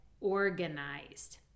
organized